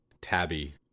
Tabby